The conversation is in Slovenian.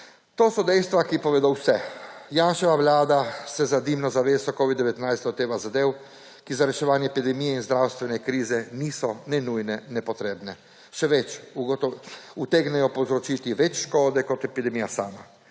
To so dejstva, ki povedo vse. Janševa vlada se za dimno zaveso Covid-19 loteva zadev, ki za reševanje epidemije in zdravstvene krize niso ne nujne ne potrebne. Še več, utegnejo povzročiti več škode kot epidemija sama.